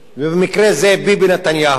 ובמקרה זה ביבי נתניהו,